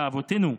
לאבותינו,